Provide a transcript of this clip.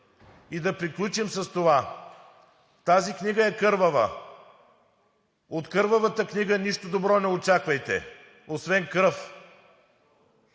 и да приключим с това. Тази книга е кървава. От кървавата книга нищо добро не очаквайте, освен кръв.